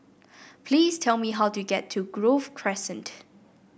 please tell me how to get to Grove Crescent